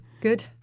Good